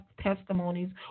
testimonies